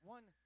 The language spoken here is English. One